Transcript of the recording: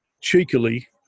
cheekily